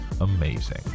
amazing